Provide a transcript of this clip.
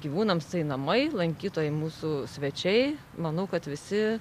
gyvūnams tai namai lankytojai mūsų svečiai manau kad visi